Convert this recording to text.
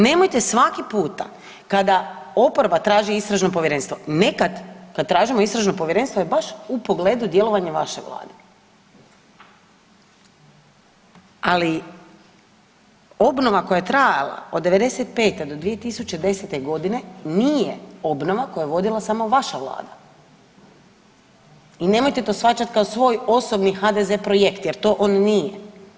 Nemojte svaki puta kada oporba traži istražno povjerenstvo, nekad kad tražimo istražno povjerenstvo je baš u pogledu djelovanja vaše vlade, ali obnova koja je trajala od '95.-te do 2010.g. nije obnova koju je vodila samo vaša vlada i nemojte to shvaćat kao svoj osobni HDZ projekt jer to on nije.